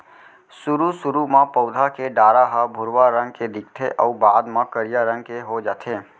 सुरू सुरू म पउधा के डारा ह भुरवा रंग के दिखथे अउ बाद म करिया रंग के हो जाथे